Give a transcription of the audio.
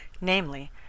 namely